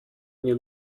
nie